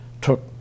took